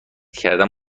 کردن